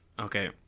Okay